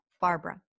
Barbara